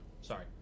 Sorry